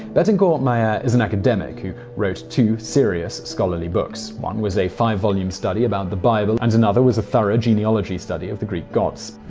bettencourt meyers is an academic who wrote two serious, scholarly books. one was a five volume study about the bible, and another was a thorough genealogy study of the greek gods.